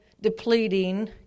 depleting